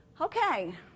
Okay